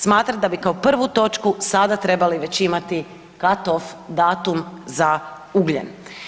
Smatram da bi kao prvu točku sada trebali već imati cut off datum za ugljen.